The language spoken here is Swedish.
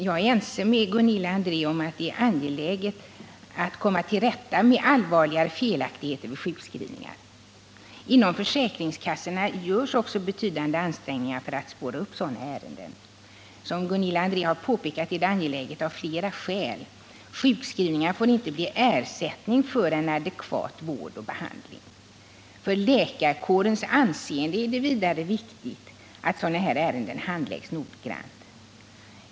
Herr talman! Jag är ense med Gunilla André om att det är angeläget att komma till rätta med allvarligare felaktigheter vid sjukskrivningar. Inom försäkringskassorna görs också betydande ansträngningar för att spåra upp sådana ärenden. Som Gunilla André har påpekat är detta angeläget av flera skäl. Sjukskrivning får inte bli en ersättning för adekvat vård och behandling. För läkarkårens anseende är det vidare viktigt att sådana här ärenden handläggs noggrant.